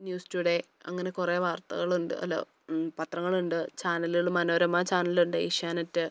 news today അങ്ങനെ കുറേ വാർത്തകളുണ്ട് അല്ല പത്രങ്ങളുണ്ട് ചാനലുകള് മനോരമ ചാനലുണ്ട് ഏഷ്യാനെറ്റ്